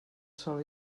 sol